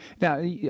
now